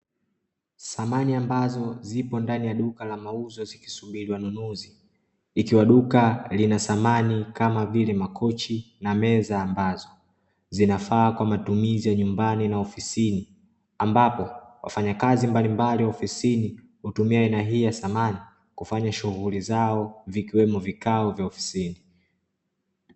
Samani ambazo zipo ndani ya duka la mauzo zikisubiri wanunuzi ikiwa duka lina samani kama vile makochi na meza, ambazo zinafaa kwa matumizi ya nyumbani na ofisini, ambapo wafanyakazi mbalimbali ofisini hutumia aina hii ya samani kufanya shughuli zao vikiwemo vikao vya ofisini.